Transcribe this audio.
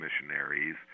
missionaries